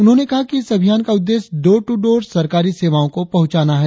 उन्होंने कहा कि इस अभियान का उद्देश्य डोर टू डोर सरकारी सेवाओं को पहुंचाना है